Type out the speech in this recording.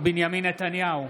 בנימין נתניהו,